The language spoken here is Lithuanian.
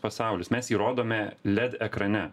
pasaulis mes jį rodome led ekrane